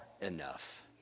enough